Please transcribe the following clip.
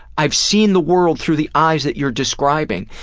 i've seen the world through the eyes that you're describing,